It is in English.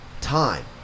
time